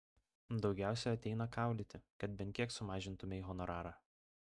daugiausiai ateina kaulyti kad bent kiek sumažintumei honorarą